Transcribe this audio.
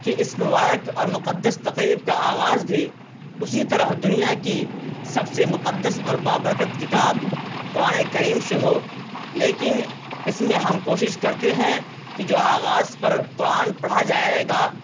کہ اس مبارک اور مقدس تقریب کا آغاز بھی اسی طرح دنیا کی سب سے مقدس اور بابرکت کتاب قرآن کریم سے ہو لیکن اس میں ہم کوشش کرتے ہیں کہ جو آغاز پر قرآن پڑھا جائے گا